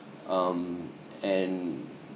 um and